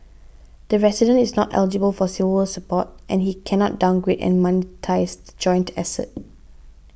the resident is not eligible for Silver Support and he cannot downgrade and monetise the joint asset